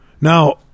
Now